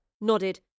nodded